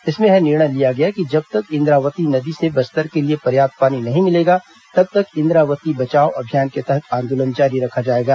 इसमें यह निर्णय लिया गया कि जब तक इन्द्रावती नदी से बस्तर के लिए पर्याप्त पानी नहीं मिलेगा तब तक इन्द्रावती बचाओ अभियान के तहत आंदोलन जारी रखा जाएगा